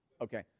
Okay